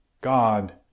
God